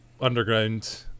underground